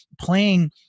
playing